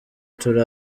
turi